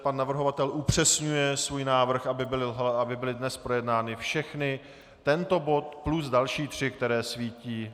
Pan navrhovatel upřesňuje svůj návrh, aby byly dnes projednány všechny, tento bod plus další tři, které svítí.